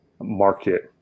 market